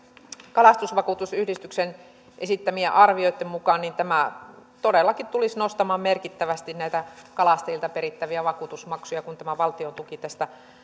kalastusvakuutusyhdistysten esittämien arvioitten mukaan tämä todellakin tulisi nostamaan merkittävästi näitä kalastajilta perittäviä vakuutusmaksuja kun tämä valtiontuki tästä